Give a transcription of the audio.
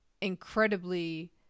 incredibly